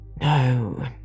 No